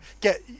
get